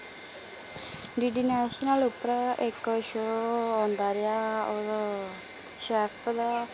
D D national उप्पर इक show औंदा रेआ ओह् शैफ्फ दा